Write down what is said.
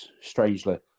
strangely